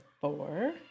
four